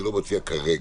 אני לא מציע כרגע,